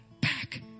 back